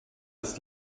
ist